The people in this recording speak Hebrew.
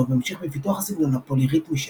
והמשיך בפיתוח הסגנון הפוליריתמי שלו.